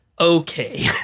okay